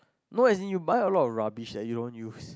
no as in you buy a lot of rubbish that you don't use